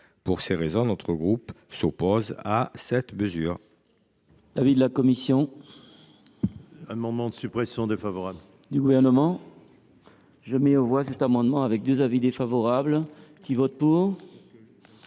Pour ces raisons, notre groupe s’oppose à cette mesure.